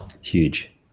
Huge